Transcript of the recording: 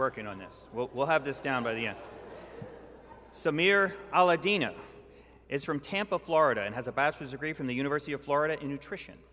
working on this will have this down by the samir is from tampa florida and has a bachelor's degree from the university of florida in nutrition